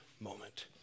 moment